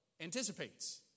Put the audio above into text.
anticipates